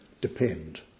depend